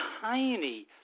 tiny